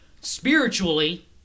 spiritually